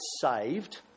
saved